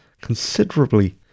considerably